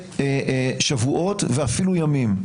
לשבועות ואפילו ימים.